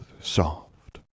soft